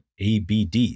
ABD